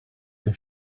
can